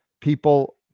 people